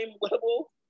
level